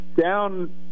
down